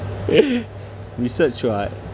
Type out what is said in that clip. research [what]